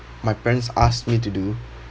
my parents asked me to do